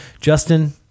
Justin